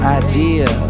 idea